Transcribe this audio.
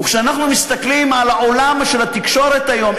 כשאנחנו מסתכלים על העולם של התקשורת היום,